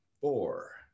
four